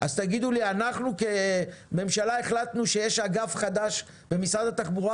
אז תגידו לי שאנחנו כממשלה החלטנו שיש אגף חדש במשרד התחבורה